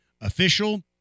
official